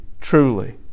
truly